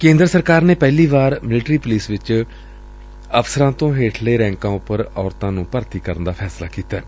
ਕੇਂਦਰ ਸਰਕਾਰ ਨੇ ਪਹਿਲੀ ਵਾਰ ਮਿਲਟਰੀ ਪੁਲਿਸ ਵਿਚ ਅਫਸਰਾਂ ਤੋਂ ਹੇਠਲੇ ਰੈਂਕਾਂ ਉਪਰ ਔਰਤਾਂ ਨੂੰ ਭਰਤੀ ਕਰਨ ਦਾ ਫੈਸਲਾ ਕੀਤੈ